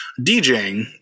DJing